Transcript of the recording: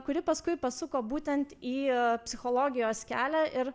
kuri paskui pasuko būtent į psichologijos kelią ir